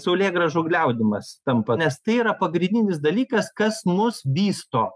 saulėgrąžų gliaudymas tampa nes tai yra pagrindinis dalykas kas mus vysto